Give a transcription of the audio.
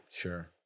sure